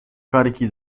carichi